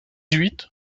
huit